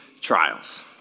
trials